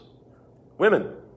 women